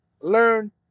Learn